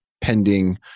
pending